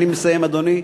אני מסיים, אדוני.